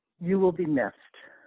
you will be missed.